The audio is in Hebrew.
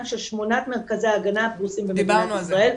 של שמונת מרכזי ההגנה הפרוסים במדינת ישראל.